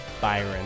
Byron